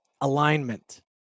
alignment